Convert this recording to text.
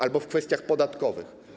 Albo w kwestiach podatkowych.